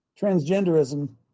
Transgenderism